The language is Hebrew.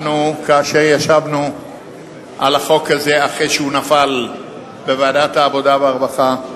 כאשר ישבנו על החוק הזה אחרי שהוא נפל בוועדת העבודה והרווחה,